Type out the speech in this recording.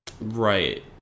Right